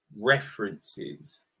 references